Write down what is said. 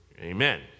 Amen